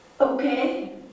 okay